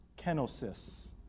kenosis